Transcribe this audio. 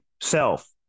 self